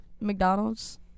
McDonald's